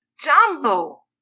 Jumbo